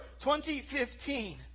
2015